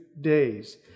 days